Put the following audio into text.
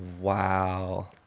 Wow